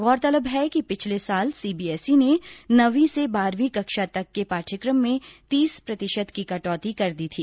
गौरतलब है कि पिछले साल सीबीएसई ने नवीं से बारहवीं कक्षा तक के पाठ्यक्रम में तीस प्रतिशत कटौती कर दी थी